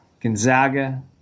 gonzaga